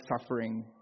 suffering